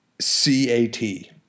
C-A-T